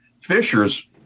Fishers